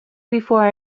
before